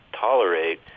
tolerate